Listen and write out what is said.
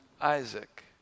Isaac